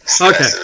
Okay